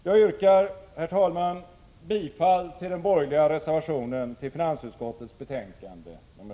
Jag yrkar, herr talman, bifall till den borgerliga reservationen till finansutskottets betänkande nr 6.